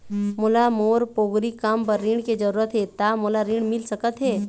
मोला मोर पोगरी काम बर ऋण के जरूरत हे ता मोला ऋण मिल सकत हे?